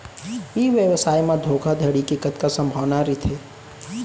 ई व्यवसाय म धोका धड़ी के कतका संभावना रहिथे?